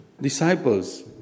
disciples